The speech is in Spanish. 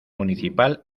municipal